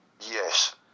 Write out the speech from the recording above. Yes